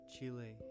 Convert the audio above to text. chile